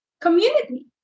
community